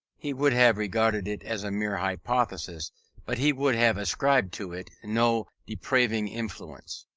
he would have regarded it as a mere hypothesis but he would have ascribed to it no depraving influence.